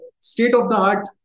state-of-the-art